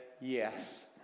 yes